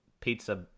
pizza